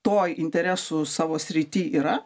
toj interesų savo srity yra